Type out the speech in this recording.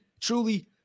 truly